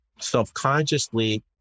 self-consciously